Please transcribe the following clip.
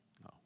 No